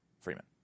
Freeman